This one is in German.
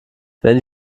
wenn